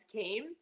came